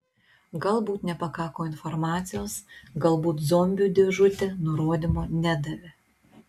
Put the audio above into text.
galbūt nepakako informacijos galbūt zombių dėžutė nurodymo nedavė